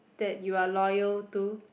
that you are loyal to